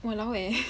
!walao! eh